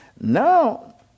Now